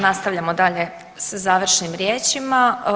Nastavljamo dalje sa završnim riječima.